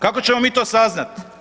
Kako ćemo mi to saznati?